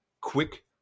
quick